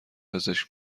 پزشک